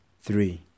Three